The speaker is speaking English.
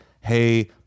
hey